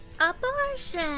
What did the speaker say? Abortion